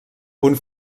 punt